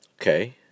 Okay